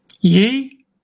Ye